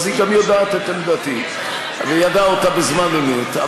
אז היא גם יודעת את עמדתי וידעה אותה בזמן אמת.